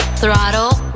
throttle